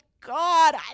God